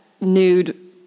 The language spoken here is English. nude